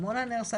עמונה נהרסה,